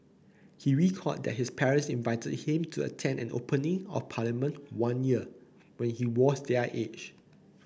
he recalled that his parents invited him to attend an opening of Parliament one year when he was their age